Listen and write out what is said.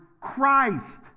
Christ